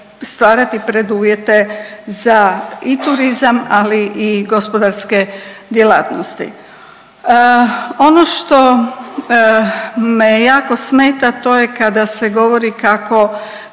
stvarati preduvjete za i turizam, ali i gospodarske djelatnosti. Ono što me jako smeta to je kada se govori kako